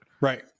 right